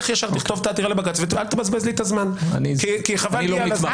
לך ישר לכתוב את העתירה לבג"צ ואל תבזבז לי את הזמן כי חבל לי על הזמן.